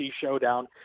showdown